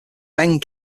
bang